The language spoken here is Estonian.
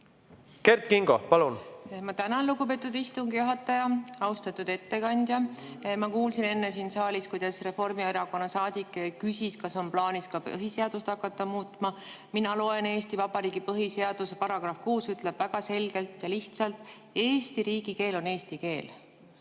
muuta? Ma tänan, lugupeetud istungi juhataja! Austatud ettekandja! Ma kuulsin enne siin saalis, kuidas Reformierakonna saadik küsis, kas on plaanis ka põhiseadust hakata muutma. Mina loen: Eesti Vabariigi põhiseaduse § 6 ütleb väga selgelt ja lihtsalt: Eesti riigikeel on eesti keel.